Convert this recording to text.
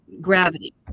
gravity